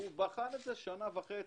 והוא בחן את זה שנה וחצי.